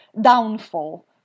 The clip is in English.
downfall